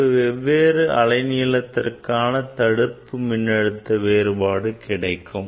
நமக்கு வெவ்வேறு அலை நீளத்திற்கான தடுப்பு மின்னழுத்த வேறுபாடு கிடைக்கும்